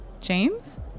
James